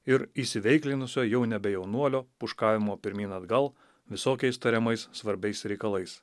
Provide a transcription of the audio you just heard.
ir įsiveiklinusio jau nebe jaunuolio pūškavimo pirmyn atgal visokiais tariamais svarbiais reikalais